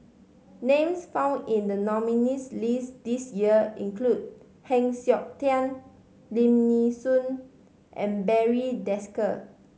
names found in the nominees' list this year include Heng Siok Tian Lim Nee Soon and Barry Desker